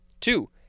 Two